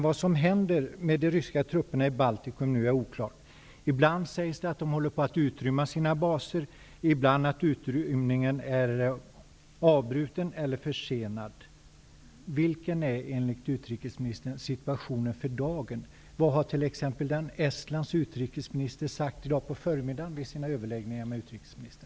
Vad som nu händer med de ryska trupperna i Baltikum är oklart. Ibland sägs det att de håller på att utrymma sina baser, och ibland sägs det att de har avbrutit utrymningen eller att utrymningen är försenad. Vilken är situationen för dagen, enligt utrikesministern? Vad har exempelvis Estlands utrikesminister sagt på förmiddagen i dag vid överläggningarna med utrikesministern?